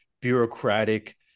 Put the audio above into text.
bureaucratic